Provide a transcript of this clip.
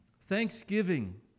Thanksgiving